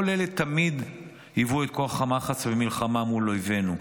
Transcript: כל אלה תמיד היוו את כוח המחץ במלחמה מול אויבינו.